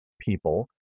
people